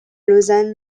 lausanne